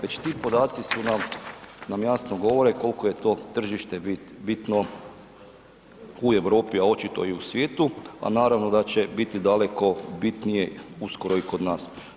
Već ti podaci su nam, nam jasno govore koliko je to tržište bitno u Europi, a očito i u svijetu, a naravno da će biti daleko bitnije uskoro i kod nas.